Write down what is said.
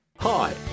Hi